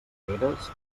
carreres